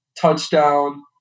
Touchdown